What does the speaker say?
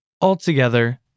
Altogether